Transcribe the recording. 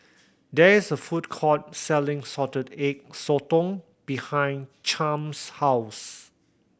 there is a food court selling Salted Egg Sotong behind Chaim's house